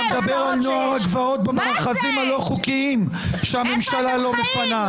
אתה מדבר על נוער הגבעות במאחזים הלא חוקיים שהממשלה לא מפנה.